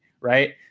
Right